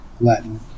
latin